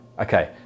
Okay